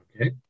Okay